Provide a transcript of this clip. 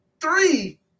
three